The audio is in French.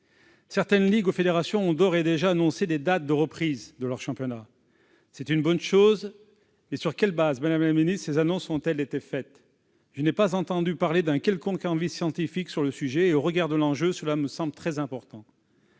Certaines ligues ou fédérations ont d'ores et déjà annoncé des dates de reprise pour leurs championnats. C'est une bonne chose, mais sur quels fondements ces annonces reposent-elles ? Je n'ai pas entendu parler d'un quelconque avis scientifique sur le sujet, ce qui, au regard de l'enjeu, me semble très important.